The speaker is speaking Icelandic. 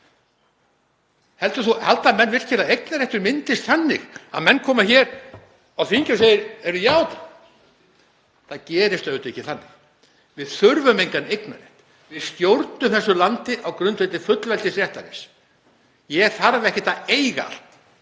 Halda menn virkilega að eignarréttur myndist þannig að menn komi hér á þing og segi „heyrðu, já“? Það gerist auðvitað ekki þannig. Við þurfum engan eignarrétt. Við stjórnum þessu landi á grundvelli fullveldisréttarins. Ég þarf ekkert að eiga allt,